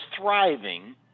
thriving